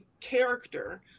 character